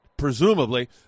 presumably